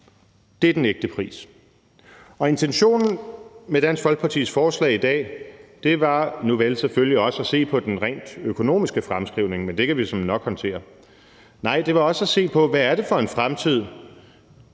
Det er den ægte pris, og intentionen med Dansk Folkepartis forslag i dag var ud over selvfølgelig at se på den rent økonomiske fremskrivning – men det kan vi såmænd nok håndtere – også at se på, hvad det er for en fremtid,